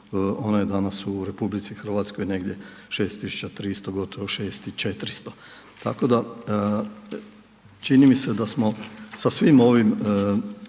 ona je danas u RH negdje 6.300 gotovo 6.400. Tako da čini mi se da smo sa svim ovim